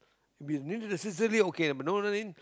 if no necessary okay but you know what I mean